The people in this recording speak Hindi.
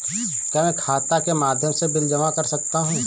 क्या मैं खाता के माध्यम से बिल जमा कर सकता हूँ?